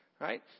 right